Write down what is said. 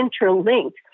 interlinked